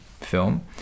film